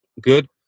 good